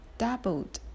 doubled